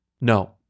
No